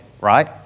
right